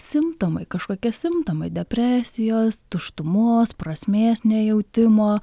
simptomai kažkokie simptomai depresijos tuštumos prasmės nejautimo